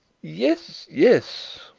yes, yes,